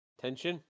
Tension